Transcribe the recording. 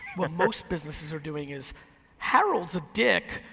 what most businesses are doing is harold's a dick,